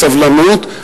בסבלנות,